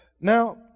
Now